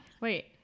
Wait